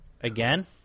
Again